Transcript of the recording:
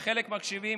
וחלק מקשיבים,